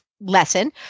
lesson